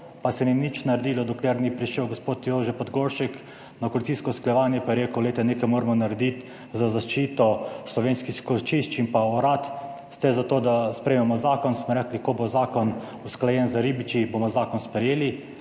pa se ni nič naredilo, dokler ni prišel gospod Jože Podgoršek na koalicijsko usklajevanje, pa je rekel: "Glejte, nekaj moramo narediti za zaščito slovenskih skočišč in pa orad. Ste za to, da sprejmemo zakon?". Smo rekli, ko bo zakon usklajen z ribiči, bomo zakon sprejeli.